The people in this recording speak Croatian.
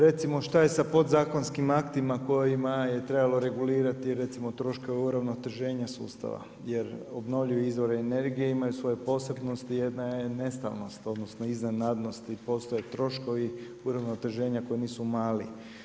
Recimo što je sa podzakonskim aktima kojima je trebalo regulirati recimo troškove uravnoteženja sustava, jer obnovljivi izvori energije imaju svoje posebnosti jedna je nestalnost odnosno iznenadnost i postoje troškovi uravnoteženja koji nisu mali.